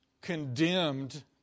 condemned